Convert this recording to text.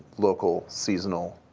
local, seasonal